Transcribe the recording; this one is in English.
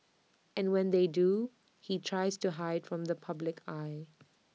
and when they do he tries to hide from the public eye